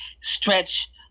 stretch